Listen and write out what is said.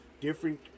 different